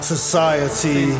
society